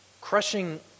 Crushing